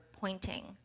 pointing